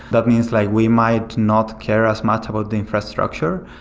that means like we might not care as much about the infrastructure,